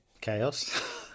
Chaos